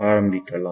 ஆரம்பிக்கலாம்